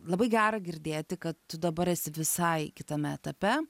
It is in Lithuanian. labai gera girdėti kad tu dabar esi visai kitame etape